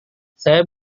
saya